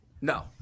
No